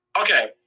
okay